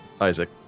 Isaac